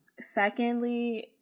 Secondly